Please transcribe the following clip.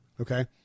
Okay